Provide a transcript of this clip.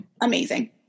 amazing